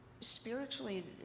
spiritually